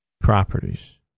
properties